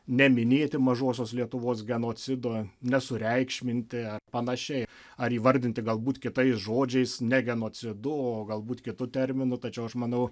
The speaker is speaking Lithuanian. neminėti mažosios lietuvos genocido nesureikšminti ar panašiai ar įvardinti galbūt kitais žodžiais ne genocidu o galbūt kitu terminu tačiau aš manau